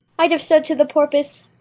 i'd have said to the porpoise,